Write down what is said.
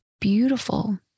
beautiful